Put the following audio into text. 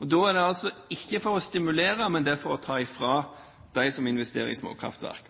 Da er det altså ikke snakk om å stimulere, men å ta fra dem som investerer i småkraftverk.